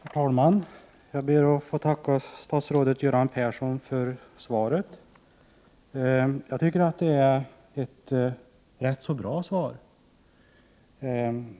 Herr talman! Jag ber att få tacka statsrådet Göran Persson för svaret. Jag tycker att det är ett rätt så bra svar.